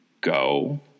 go